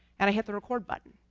and i hit the record button.